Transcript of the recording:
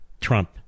Trump